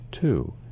Two